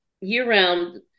year-round